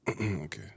Okay